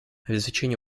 обеспечение